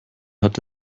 hat